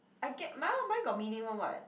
I get mine mine got meaning [one] [what]